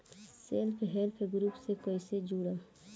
Self help group से कइसे जुड़म?